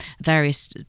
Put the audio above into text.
various